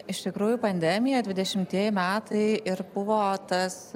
iš tikrųjų pandemija dvidešimtieji metai ir buvo tas